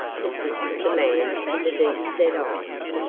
persisted the man with the deep-set eyes.